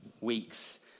weeks